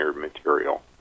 material